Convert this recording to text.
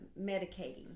medicating